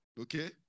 Okay